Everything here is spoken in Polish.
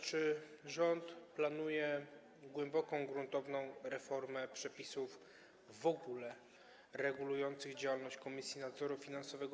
Czy rząd planuje głęboką, gruntowną reformę przepisów w ogóle regulujących działalność Komisji Nadzoru Finansowego?